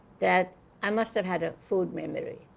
that i must've had a food memory,